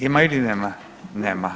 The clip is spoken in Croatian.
Ima ili nema?